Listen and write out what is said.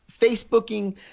Facebooking